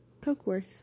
Cokeworth